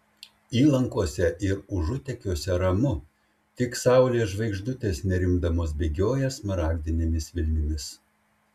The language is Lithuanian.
įlankose ir užutekiuose ramu tik saulės žvaigždutės nerimdamos bėgioja smaragdinėmis vilnimis